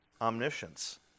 omniscience